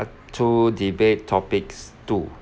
two debate topics two